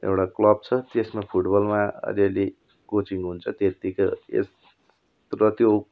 एउटा क्लब छ त्यसमा फुटबलमा अलिअलि कोचिङ हुन्छ त्यतिकै एत् र त्यो